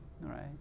right